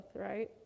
right